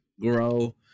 grow